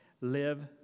live